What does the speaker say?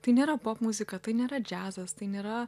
tai nėra popmuzika tai nėra džiazas tai nėra